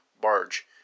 barge